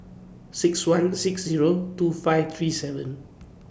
six one six Zero two five three seven